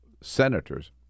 senators